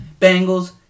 Bengals